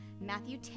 Matthew